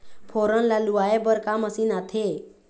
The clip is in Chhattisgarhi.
फोरन ला लुआय बर का मशीन आथे?